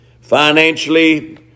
financially